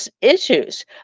issues